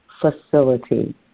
facility